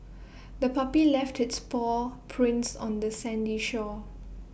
the puppy left its paw prints on the sandy shore